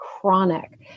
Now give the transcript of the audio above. chronic